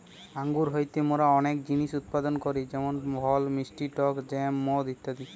আঙ্গুর হইতে মোরা অনেক জিনিস উৎপাদন করি যেমন ফল, মিষ্টি টক জ্যাম, মদ ইত্যাদি